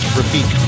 repeat